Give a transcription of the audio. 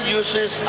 uses